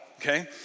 okay